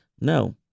No